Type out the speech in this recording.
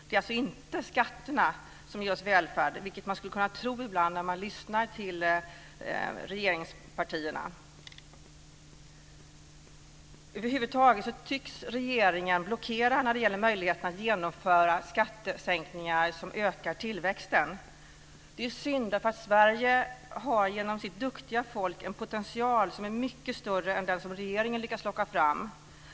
Det är alltså inte skatterna som ger välfärden, vilket man ibland skulle kunna tro när man lyssnar till regeringspartierna. Över huvud taget tycks regeringen blockerad när det gäller möjligheterna att genomföra skattesänkningar som ökar tillväxten. Det är synd, för Sverige har genom sitt duktiga folk en potential som är mycket större än den som regeringen lyckas locka fram.